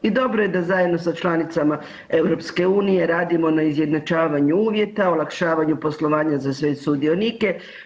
I dobro je da zajedno sa članicama EU radimo na izjednačavanju uvjeta, olakšavanju poslovanja za sve sudionike.